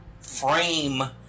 frame